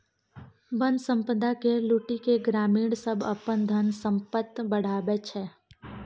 बन संपदा केर लुटि केँ ग्रामीण सब अपन धन संपैत बढ़ाबै छै